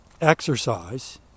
exercise